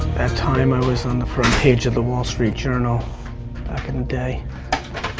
that time i was on the front page of the wall street journal back in the day.